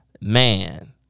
Man